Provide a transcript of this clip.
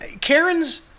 Karen's